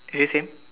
okay same